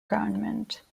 government